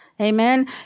Amen